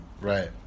Right